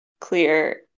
clear